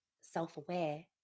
self-aware